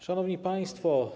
Szanowni Państwo!